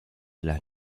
las